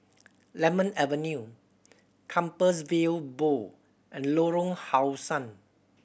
Lemon Avenue Compassvale Bow and Lorong How Sun